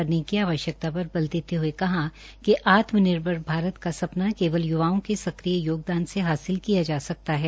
प्रधानमंत्री ने करने की आवश्यक्ता पर बल देते हये कहा कि आत्मनिर्भर भारत का सपना केवल य्वाओं के सक्रिय योगदान से हासिल किया जा सकता है